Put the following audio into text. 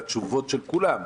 והתשובות של כולם,